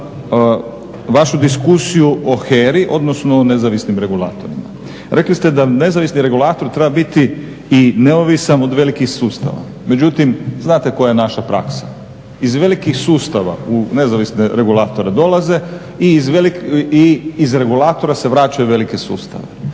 vašu diskusiju o HERA-i odnosno o nezavisnim regulatorima. Rekli ste da nezavisni regulator treba biti i neovisan od velikih sustava. Međutim, znate koja je naša praksa, iz velikih sustava u nezavisne regulatore dolaze i iz regulatora se vračaju u velike sustave.